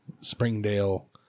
Springdale